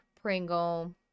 Pringle